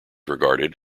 regarded